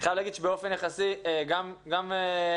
אני חייב להגיד שבאופן יחסי גם למדו